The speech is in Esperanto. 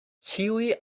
ĉiuj